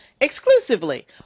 exclusively